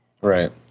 Right